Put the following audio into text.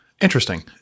Interesting